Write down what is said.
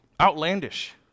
outlandish